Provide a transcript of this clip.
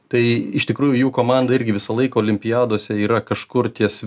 tai iš tikrųjų jų komanda irgi visą laiką olimpiadose yra kažkur ties